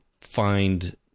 find